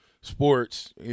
sports